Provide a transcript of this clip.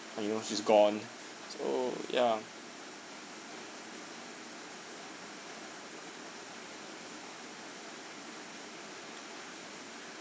ah you know she's gone so ya